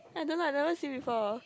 I don't know I never see before